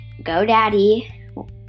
GoDaddy